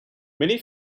many